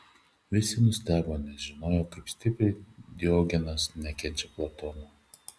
visi nustebo nes žinojo kaip stipriai diogenas nekenčia platono